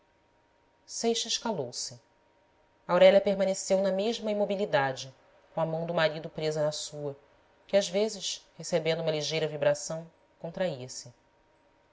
seixas calou-se aurélia permaneceu na mesma imobilidade com a mão do marido presa na sua que às vezes recebendo uma ligeira vibração contraía se